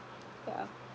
yeah